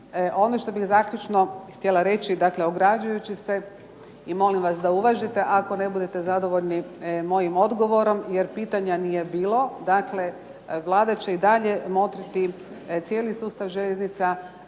Ono što bih zaključno htjela reći, dakle ograđujući se i molim vas da uvažite ako ne budete zadovoljni mojim odgovorom, jer pitanja nije bilo. Dakle, Vlada će i dalje motriti cijeli sustav željeznica,